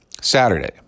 Saturday